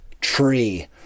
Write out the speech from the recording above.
tree